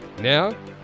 Now